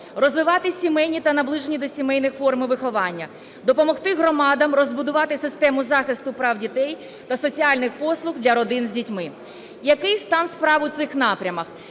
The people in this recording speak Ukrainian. розвивати сімейні та наближені до сімейних форми виховання, допомогти громадам розбудувати систему захисту прав дітей та соціальних послуг для родин з дітьми. Який стан справ у цих напрямках?